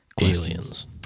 Aliens